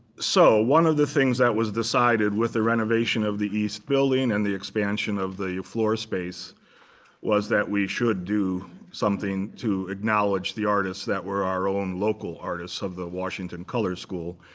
so one of the things that was decided with the renovation of the east building and the expansion of the floor space was that we should do something to acknowledge the artists that were our own local artists of the washington color school.